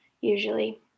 Usually